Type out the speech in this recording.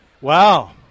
Wow